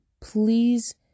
please